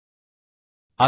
जास्त म्हणजे नाममात्र व्यास